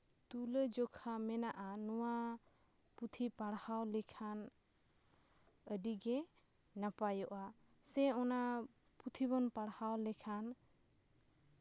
ᱛᱩᱞᱟᱹᱡᱚᱠᱷᱟ ᱢᱮᱱᱟᱜᱼᱟ ᱱᱚᱣᱟ ᱯᱩᱛᱷᱤ ᱯᱟᱲᱦᱟᱣ ᱞᱮᱠᱷᱟᱱ ᱟᱹᱰᱤᱜᱮ ᱱᱟᱯᱟᱭᱚᱜᱼᱟ ᱥᱮ ᱚᱱᱟ ᱯᱩᱛᱷᱤ ᱵᱚᱱ ᱯᱟᱲᱦᱟᱣ ᱞᱮᱠᱷᱟᱱ